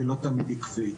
היא לא תמיד עקבית,